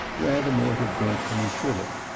rather more to drink than he should have.